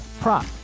prop